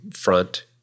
front